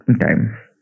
time